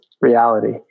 reality